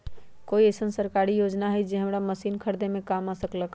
कोइ अईसन सरकारी योजना हई जे हमरा मशीन खरीदे में काम आ सकलक ह?